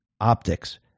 optics